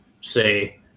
say